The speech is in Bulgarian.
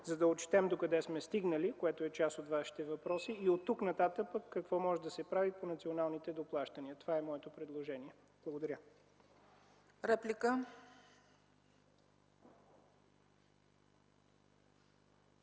за да отчетем докъде сме стигнали, което е част от Вашите въпроси, и оттук нататък какво може да се прави по националните доплащания. Това е моето предложение. Благодаря.